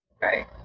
Right